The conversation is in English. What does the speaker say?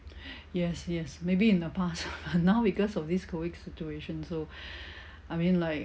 yes yes maybe in the past but now because of this COVID situation so I mean like